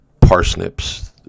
parsnips